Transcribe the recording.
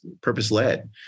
purpose-led